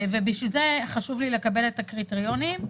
בשביל זה חשוב לי לקבל את הקריטריונים,